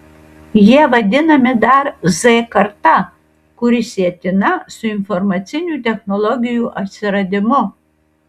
jie vadinami dar z karta kuri sietina su informacinių technologijų atsiradimu